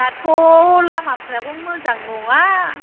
दाथ' लामाफ्राबो मोजां नङा